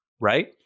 right